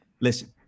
Listen